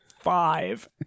Five